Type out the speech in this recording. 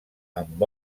amb